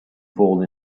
fallen